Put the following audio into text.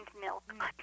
milk